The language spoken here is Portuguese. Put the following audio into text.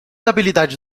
habilidade